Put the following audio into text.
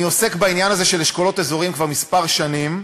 אני עוסק בעניין הזה של אשכולות אזוריים כבר כמה שנים,